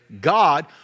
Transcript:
God